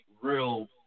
real